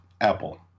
Apple